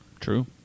True